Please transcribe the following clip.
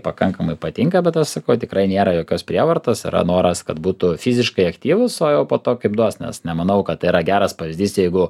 pakankamai patinka bet aš sakau tikrai nėra jokios prievartos yra noras kad būtų fiziškai aktyvūs o jau po to kaip duos nes nemanau kad tai yra geras pavyzdys jeigu